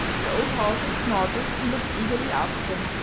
the old horses snorted and looked eagerly after them,